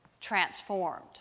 transformed